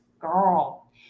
girl